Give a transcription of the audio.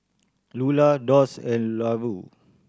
Lula Doss and Larue